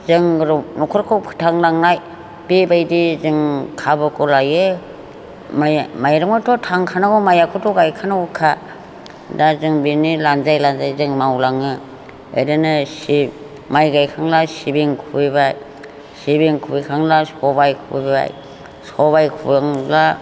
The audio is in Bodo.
जों न'खरखौ फोथांलांनो बेबायदि जों खाबुखौ लायो माइरङाथ' थांखा नांगौ माइआखौथ' गायखा नांगौखा दा जों बिनि लानजाय लानजाय जों मावलाङो ओरैनो सि माइ गायखांब्ला सिबिं खुबैबाय सिबिं खुबैखांब्ला सबाइ खुबैबाय सबाइ खुबैखांब्ला